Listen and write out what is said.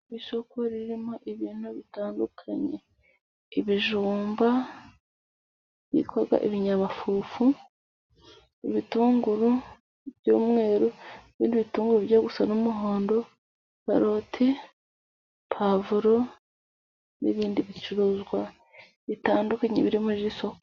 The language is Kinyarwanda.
Isoko ririmo ibintu bitandukanye. Ibijumba byitwa ibinyamafufu, ibitunguru by'umweru, n'ibindi bitunguru bijya gusa n'umuhondo, karote, puwavuro, n'ibindi bicuruzwa bitandukanye biri muri iri soko.